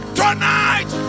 tonight